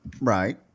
Right